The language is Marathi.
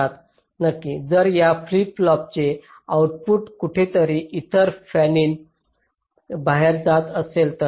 अर्थात नक्कीच जर या फ्लिप फ्लॉपचे आउटपुट कुठेतरी इतर फॅनिन बाहेर जात असेल